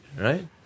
right